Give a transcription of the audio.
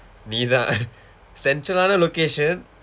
நீ தான்:nii thaan central-aana location